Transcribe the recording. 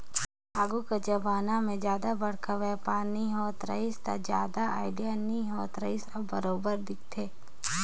आघु कर जमाना में जादा बड़खा बयपार नी होवत रहिस ता जादा आडिट नी होत रिहिस अब बरोबर देखथे